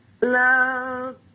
Love